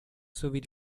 sowie